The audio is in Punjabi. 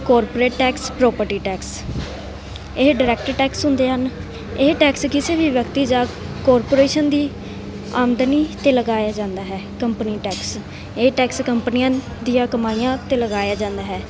ਕੋਰਪਰੇਟ ਟੈਕਸ ਪ੍ਰੋਪਰਟੀ ਟੈਕਸ ਇਹ ਡਾਇਰੈਕਟ ਟੈਕਸ ਹੁੰਦੇ ਹਨ ਇਹ ਟੈਕਸ ਕਿਸੇ ਵੀ ਵਿਅਕਤੀ ਜਾਂ ਕਾਰਪੋਰੇਸ਼ਨ ਦੀ ਆਮਦਨੀ 'ਤੇ ਲਗਾਇਆ ਜਾਂਦਾ ਹੈ ਕੰਪਨੀ ਟੈਕਸ ਇਹ ਟੈਕਸ ਕੰਪਨੀਆਂ ਦੀਆਂ ਕਮਾਈਆਂ ਉੱਤੇ ਲਗਾਇਆ ਜਾਂਦਾ ਹੈ